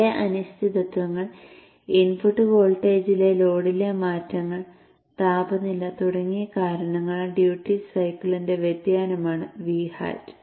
വളരെ അനിശ്ചിതത്വങ്ങൾ ഇൻപുട്ട് വോൾട്ടേജിലെ ലോഡിലെ മാറ്റങ്ങൾ താപനില തുടങ്ങിയ കാരണങ്ങളാൽ ഡ്യൂട്ടി സൈക്കിളിന്റെ വ്യതിയാനമാണ് V hat